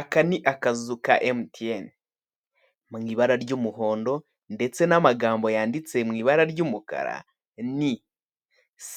Aka ni akazu ka Emutiyeni, mu ibara ry'umuhondo ndetse n'amagambo yanditse mu ibara ry'umukara ni